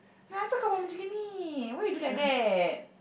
asal kau buat cam gini why you do like that